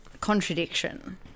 contradiction